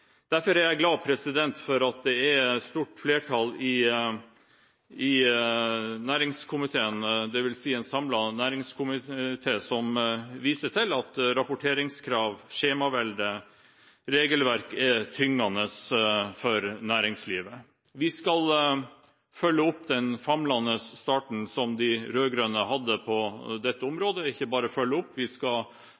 Derfor er jeg glad for at det er et stort flertall i næringskomiteen – dvs. at det er en samlet næringskomité – som viser til at rapporteringskrav, skjemavelde, regelverk er tyngende for næringslivet. Vi skal følge opp den famlende starten som de rød-grønne hadde på dette